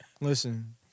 Listen